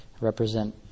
represent